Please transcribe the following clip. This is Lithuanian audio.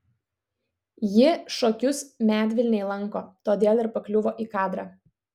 ji šokius medvilnėj lanko todėl ir pakliuvo į kadrą